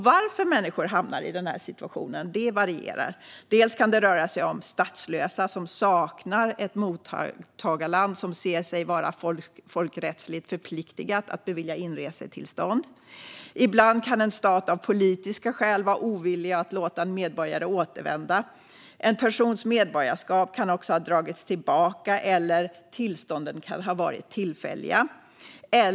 Varför människor hamnar i denna situation varierar. Det kan röra sig om statslösa som saknar ett mottagarland som ser sig vara folkrättsligt förpliktat att bevilja inresetillstånd. Ibland kan en stat av politiska skäl vara ovillig att låta en medborgare återvända. En persons medborgarskap kan också ha dragits tillbaka, eller tillstånden kan ha varit tillfälliga.